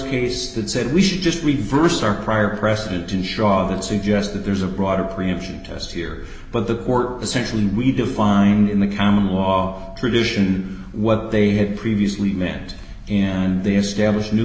case that said we should just reverse our prior precedent in shaw and suggest that there's a broader preemption test here but the court essentially we defined in the common law tradition what they had previously meant and the established new